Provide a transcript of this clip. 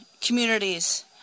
communities